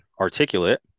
articulate